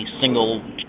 single